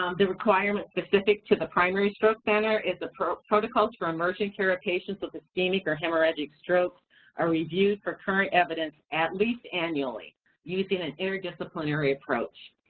um the requirement specific to the primary stroke center is the protocols for emergent care of patients with ischemic or hemorrhagic strokes are reviewed for current evidence at least annually using an interdisciplinary approach.